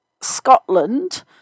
Scotland